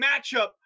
matchup